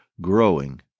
growing